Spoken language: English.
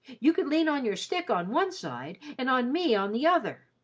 you could lean on your stick on one side, and on me on the other.